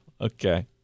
okay